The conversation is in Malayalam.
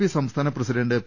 പി സംസ്ഥാന പ്രസിഡന്റ് പി